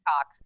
talk